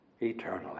Eternally